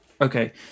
Okay